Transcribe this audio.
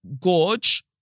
gorge